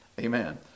Amen